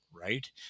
right